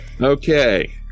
Okay